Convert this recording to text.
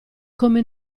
come